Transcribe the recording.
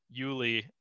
Yuli